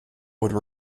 would